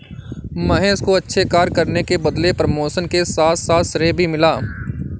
महेश को अच्छे कार्य करने के बदले प्रमोशन के साथ साथ श्रेय भी मिला